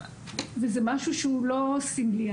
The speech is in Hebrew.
וזה משהו שהוא לא סמלי.